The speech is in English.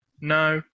No